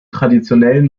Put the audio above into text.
traditionellen